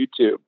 YouTube